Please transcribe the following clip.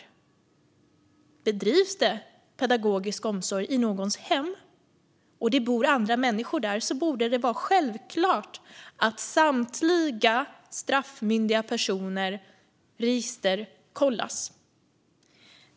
Om det bedrivs pedagogisk omsorg i någons hem där det bor andra människor borde det vara självklart att samtliga av de straffmyndiga personerna registerkollas.